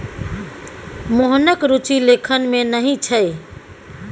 मोहनक रुचि लेखन मे नहि छै